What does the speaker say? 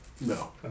No